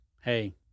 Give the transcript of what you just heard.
hey